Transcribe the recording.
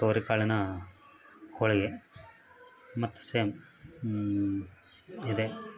ತೊಗರಿಕಾಳಿನ ಹೋಳಿಗೆ ಮತ್ತು ಸೇಮ್ ಇದೇ